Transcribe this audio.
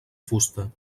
fusta